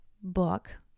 book